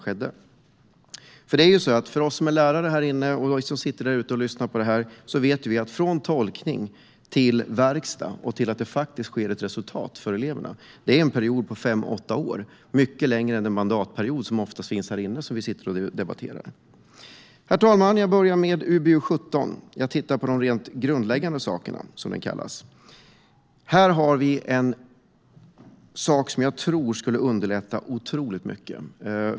Vi som är lärare, både i den här kammaren och bland dem som lyssnar på oss, vet att perioden från tolkning till verkstad och till att det sker ett faktiskt resultat för eleverna är 5-8 år, alltså mycket längre än en mandatperiod. Herr talman! Jag börjar med att ta upp UbU17 och det som är grundläggande. Här har vi ett förslag som nog skulle underlätta otroligt mycket.